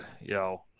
yo